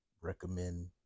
recommend